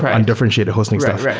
ah undifferentiated hosting stuff,